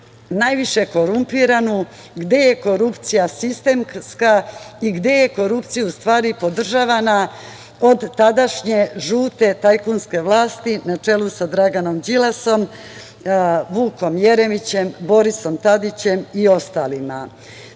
najviše korumpiranu gde je korupcija sistemska i gde je korupcija podržavana od tadašnje žute tajkunske vlasti na čelu sa Draganom Đilasom, Vukom Jeremićem, Borisom Tadićem i ostalima. Sem